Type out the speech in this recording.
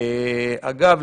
אגב,